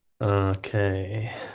Okay